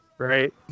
Right